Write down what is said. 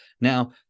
Now